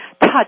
touch